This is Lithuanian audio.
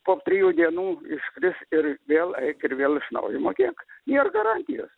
po trijų dienų iškris ir vėl eik ir vėl iš naujo mokėk nėr garantijos